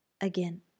Again